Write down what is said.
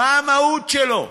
מה המהות שלו,